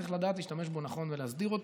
צריך לדעת להשתמש בו נכון ולהסדיר אותו.